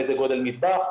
איזה גודל מטבח,